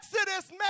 Exodus